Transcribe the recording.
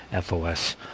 FOS